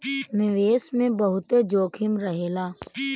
निवेश मे बहुते जोखिम रहेला